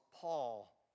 Paul